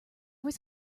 was